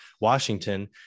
Washington